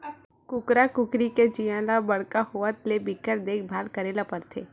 कुकरा कुकरी के चीया ल बड़का होवत ले बिकट देखभाल करे ल परथे